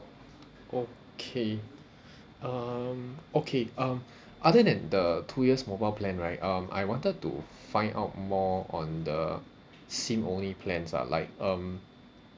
okay um okay um other than the two years mobile plan right um I wanted to find out more on the SIM only plans ah like um